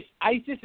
ISIS